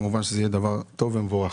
כמובן שזה יהיה דבר טוב ומבורך.